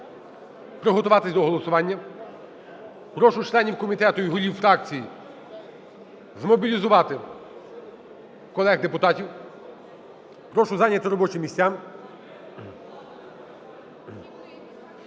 приготуватися до голосування. Прошу членів комітету і голів фракцій змобілізувати колег депутатів. Прошу зайняти робочі місця,